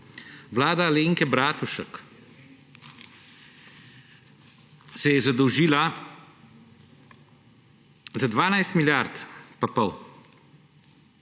Vlada Alenke Bratušek se je zadolžila za 12 milijard in pol